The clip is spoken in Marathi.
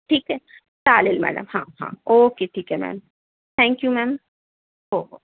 ठीक आहे चालेल मॅडम हां हां ओके ठीक आहे मॅम थँक्यू मॅम हो हो